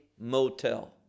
motel